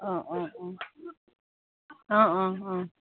অঁ অঁ অঁ অঁ অঁ অঁ